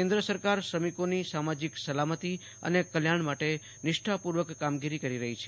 કેન્દ્ર સરકાર શ્રમિકોની સામાજિક સલામતી અને કલ્યાજ્ઞ માટે નિષ્ઠા પૂર્વક કામગીરી કરી રહી છે